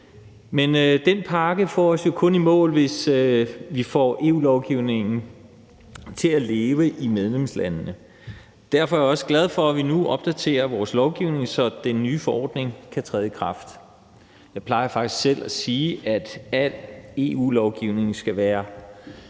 Men den pakke får os jo kun i mål, hvis vi får EU-lovgivningen til at leve i medlemslandene. Derfor er jeg også glad for, at vi nu opdaterer vores lovgivning, så den nye forordning kan træde i kraft. Jeg plejer faktisk selv at sige, at al EU-lovgivning skal være